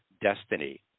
destiny